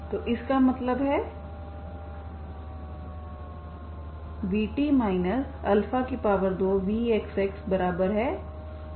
तो इसका मतलब हैvt 2vxxhxt pt